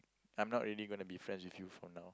I'm not really gonna be friends with you from now